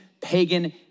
pagan